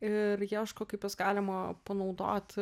ir ieško kaip juos galima panaudot